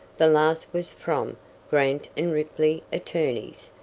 the last was from grant and ripley, attorneys,